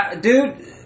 Dude